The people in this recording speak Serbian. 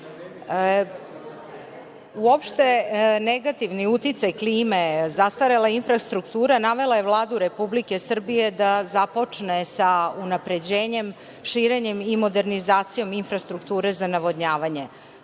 negativni uticaj klime, zastarela infrastruktura navela je Vladu Republike Srbije da započne sa unapređenjem, širenjem i modernizacijom infrastrukture za navodnjavanje,